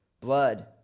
blood